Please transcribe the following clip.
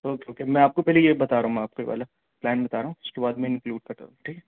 okay okay میں آپ کو پہلے یہ بتا رہا ہوں میں آپ کے والا پلان بتا رہا ہوں اس کے بعد میں انکلیوڈ کر رہا ہوں ٹھیک ہے